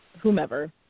whomever